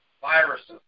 viruses